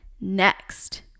next